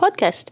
Podcast